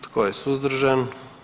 Tko je suzdržan?